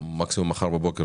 מקסימום מחר בבוקר,